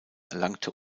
erlangte